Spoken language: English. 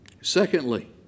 Secondly